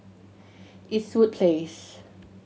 Eastwood Place